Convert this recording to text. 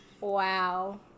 wow